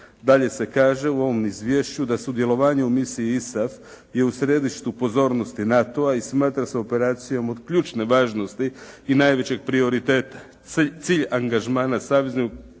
Dalje se kaže u ovom izvješću da sudjelovanje u misiji ISAF je u središtu pozornosti NATO-a i smatra se operacijom od ključne važnosti i najvećeg prioriteta.